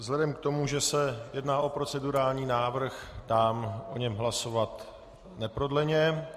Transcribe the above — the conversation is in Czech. Vzhledem k tomu, že se jedná o procedurální návrh, dám o něm hlasovat neprodleně.